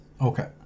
Okay